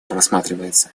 просматривается